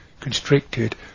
constricted